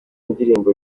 ndirimbo